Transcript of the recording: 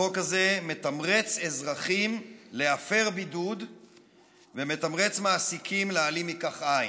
החוק הזה מתמרץ אזרחים להפר בידוד ומתמרץ מעסיקים להעלים מכך עין.